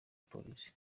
polisi